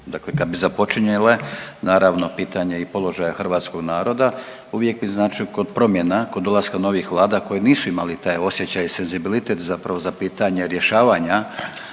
dakle kad bi započinjale naravno pitanje i položaja hrvatskog naroda uvijek bi znači kod promjena, kod dolaska novih vlada koje nisu imali taj osjećaj i senzibilitet zapravo za pitanje rješavanje